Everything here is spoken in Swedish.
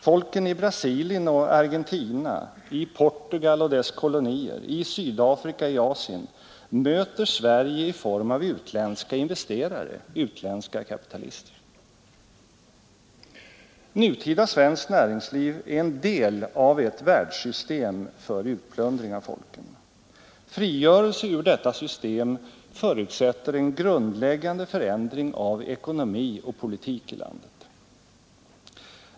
Folken i Brasilien och Argentina, i Portugal och dess kolonier, i Sydafrika och i Asien möter Sverige i form av utländska investerare, utländska kapitalister. Nutida svenskt näringsliv är en del av ett världssystem för utplundring av folken. Frigörelse ur detta system förutsätter en grundläggande förändring av ekonomi och politik i landet.